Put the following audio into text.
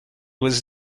was